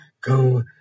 go